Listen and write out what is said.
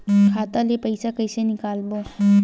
खाता ले पईसा कइसे निकालबो?